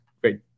great